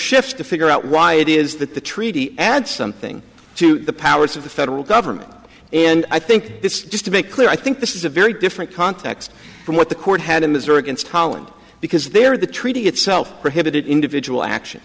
shift to figure out why it is that the treaty adds something to the powers of the federal government and i think this just to make clear i think this is a very different context from what the court had in missouri against holland because they're the treaty itself prohibited individual action